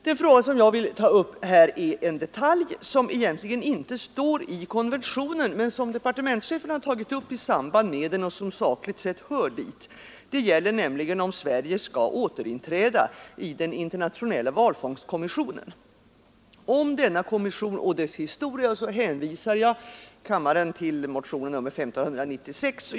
Den fråga som jag vill ta upp här är en detalj som egentligen inte står i konventionen men som departementschefen har tagit upp i samband med den och som sakligt sett hör dit. Det gäller nämligen om Sverige skall återinträda i Internationella valfångstkommissionen. För uppgifter om denna kommission och dess historia hänvisar jag kammaren till motionen 1596.